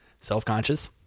self-conscious